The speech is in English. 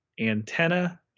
antenna